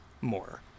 more